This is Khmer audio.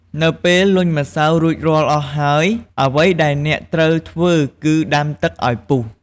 នៅពេលលញ់ម្សៅរួចរាល់អស់ហើយ អ្វីដែលអ្នកត្រូវធ្វើគឺដាំទឹកឱ្យពុះ។